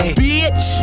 bitch